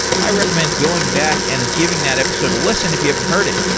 i recommend going back and giving that episode a listen if you haven't heard it.